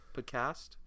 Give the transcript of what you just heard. podcast